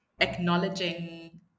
acknowledging